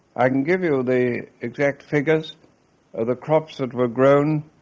i can give you the exact figures of the crops that were grown,